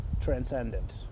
transcendent